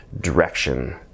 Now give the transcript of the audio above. direction